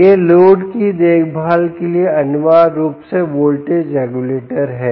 यह लोड की देखभाल के लिए अनिवार्य रूप से वोल्टेज रेगुलेटर है